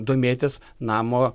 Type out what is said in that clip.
domėtis namo